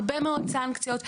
הרבה מאוד סנקציות.